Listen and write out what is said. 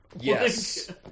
Yes